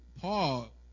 Paul